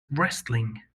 wrestling